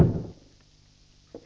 Fredagen den